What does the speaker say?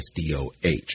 SDOH